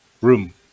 room